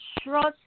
trust